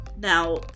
Now